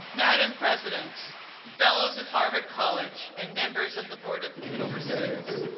madam president fellows of harvard college, and members of the board of overseers,